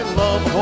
love